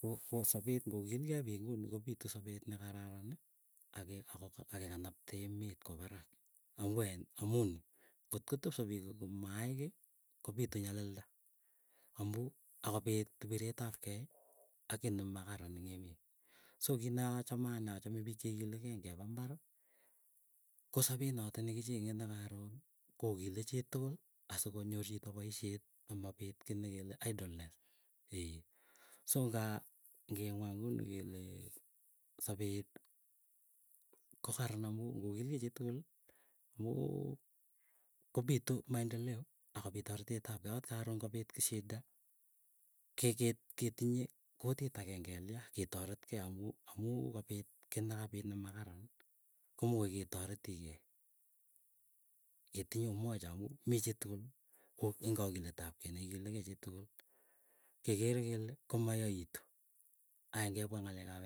Ko ko sapet ngokilgei piik nguni kopitu sapet nekararani. Ako akekanapte emet kwoparak, angoen amuu ni ngotkotepso piik komai kiiy kopitu nyalilda. Amuu akopit kipiret apkei ak kii nemakaran eng emet. So kiit nachame ane, achame piik cheikilikei ngepa imbari, ko sopet noto nekicheng'e ne karoni kokili chituguli. Asikonyor chito paisyet amapit kiiy nekele idleness ee. So kaa ngemwa nguni kele sapet kokaran amuu ngokilgei chitukul, amuu kopitu maendeleo akopit taretet ap kei akot karon ngopit shida, ke ketinye kotit ageng'e kelia ketoretkei amu amuu, kapit kii nemakaran komokoi ketoretikei. Ketinye umoja amuu mii chitugul ko eng kakilet ap kei neikilekei chitugul, kekere kele komayaitu. Aya ngepwa ng'alek ap